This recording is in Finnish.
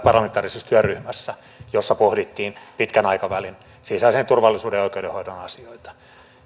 parlamentaarisessa työryhmässä jossa pohdittiin pitkän aikavälin sisäisen turvallisuuden ja oikeudenhoidon asioita